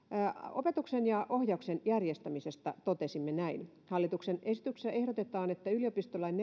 opetuksen ja ohjauksen järjestämisestä totesimme näin hallituksen esityksessä ehdotetaan että yliopistolain